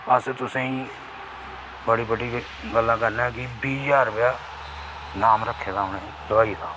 अस तुसें बड़ी बड़ी गल्ल करने के बीह् ज्हार रुपया नांम रक्खे दा हा उनें हलबाई दा